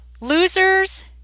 Losers